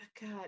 god